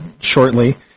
shortly